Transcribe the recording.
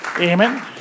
amen